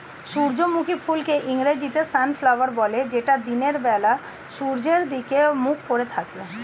সূর্যমুখী ফুলকে ইংরেজিতে সানফ্লাওয়ার বলে যেটা দিনের বেলা সূর্যের দিকে মুখ করে থাকে